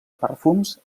perfums